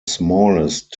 smallest